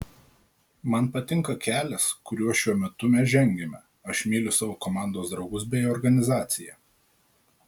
man patinka kelias kuriuo šiuo metu mes žengiame aš myliu savo komandos draugus bei organizaciją